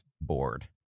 bored